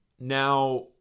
Now